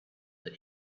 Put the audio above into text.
that